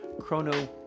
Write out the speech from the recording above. chrono